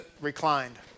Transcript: Reclined